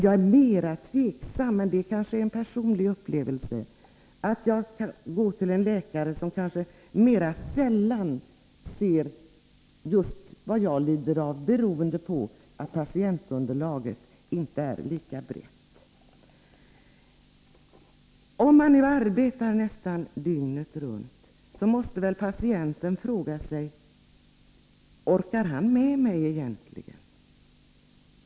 Jag är emellertid mer tveksam — men det kanske är beroende på personliga upplevelser — att gå till en läkare som kanske inte så ofta ser exempel på just det som jag lider av, beroende på att patientunderlaget inte är lika brett som på ett sjukhus. Om läkaren nu arbetar nästan dygnet runt måste väl patienten fråga sig: Orkar han med mig egentligen?